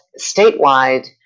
statewide